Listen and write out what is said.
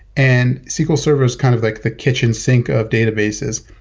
and sql server is kind of like the kitchen sink of databases,